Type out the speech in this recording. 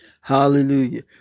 Hallelujah